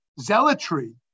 zealotry